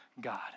God